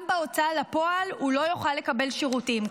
גם בהוצאה לפועל הוא לא יוכל לקבל שירותים.